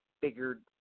figured